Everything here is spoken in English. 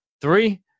Three